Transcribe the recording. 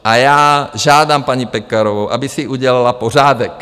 A já žádám paní Pekarovou, aby si udělal pořádek.